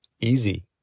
easy